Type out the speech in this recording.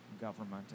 government